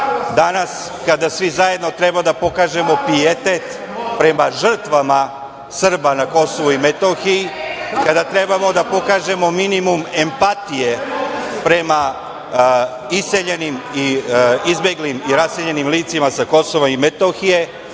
danas kada svi zajedno treba da pokažemo pijetet prema žrtvama Srba na Kosovu i Metohiji, kada treba da pokažemo minimum empatije prema iseljenim, izbeglim i raseljenim licima sa Kosova i Metohije,